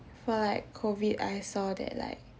for like COVID I saw that like